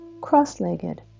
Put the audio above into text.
cross-legged